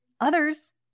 others